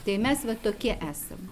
tai mes va tokie esam